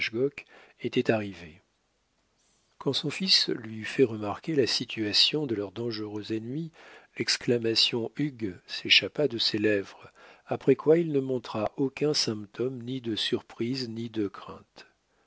était arrivé quand son fils lui eut fait remarquer la situation de leur dangereux ennemi l'exclamation hugh s'échappa de ses lèvres après quoi il ne montra aucun symptôme ni de surprise ni de crainte